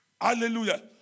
Hallelujah